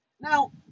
Now